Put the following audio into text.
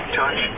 touch